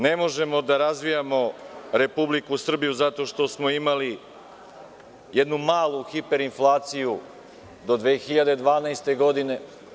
Ne možemo da razvijamo Republiku Srbiju zato što smo imali jednu malu hiper inflaciju do 2012. godine.